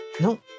No